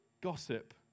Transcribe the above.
gossip